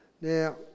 Now